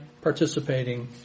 participating